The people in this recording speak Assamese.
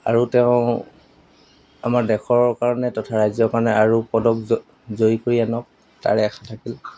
আৰু তেওঁ আমাৰ দেশৰ কাৰণে তথা ৰাজ্যৰ কাৰণে আৰু পদক জয়ী কৰি আনক তাৰে আশা থাকিল